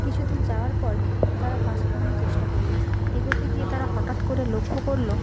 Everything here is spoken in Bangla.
কিছু দূর যাওয়ার পরে তারা পাশ কাটানোর চেষ্টা করল এগোতে গিয়ে তারা হঠাৎ করে লক্ষ্য করল